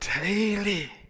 daily